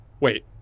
Wait